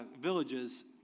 villages